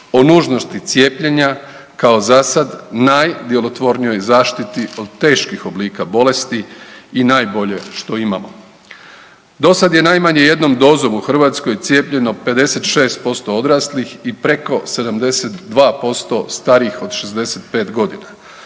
o nužnosti cijepljenja kao zasad najdjelotvornijoj zaštiti od teških oblika bolesti i najbolje što imamo. Dosad je najmanje jednom dozom u Hrvatskoj cijepljeno 56% odraslih i preko 72% starijih od 65 godina,